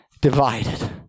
divided